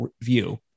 view